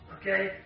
Okay